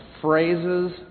phrases